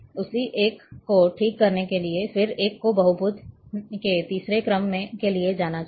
उस एक को ठीक करने के लिए फिर एक को बहुपद के तीसरे क्रम के लिए जाना चाहिए